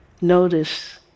Notice